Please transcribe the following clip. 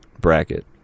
bracket